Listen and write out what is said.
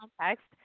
context